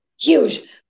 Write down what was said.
huge